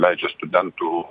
leidžia studentų